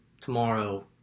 tomorrow